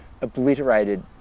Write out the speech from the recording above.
obliterated